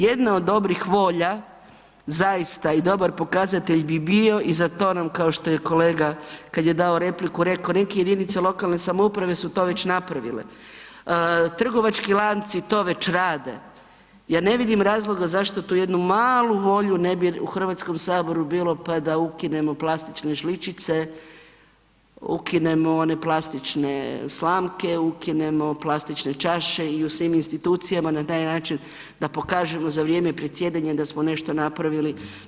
Jedna od dobrih volja, zaista i dobar pokazatelj bi bio i za to nam kao što je kolega kad je dao repliku rekao neke jedinice lokalne samouprave su to već napravile, trgovački lanci to već rade, ja ne vidim razloga zašto tu jednu malu volju ne bi u Hrvatskom saboru bilo pa da ukinemo plastične žličice, ukinemo one plastične slamke, ukinemo plastične čaše i u svim institucijama na taj način da pokažemo za vrijeme predsjedanja da smo nešto napravili.